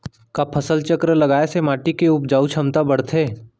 का फसल चक्र लगाय से माटी के उपजाऊ क्षमता बढ़थे?